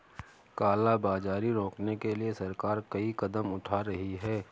काला बाजारी रोकने के लिए सरकार कई कदम उठा रही है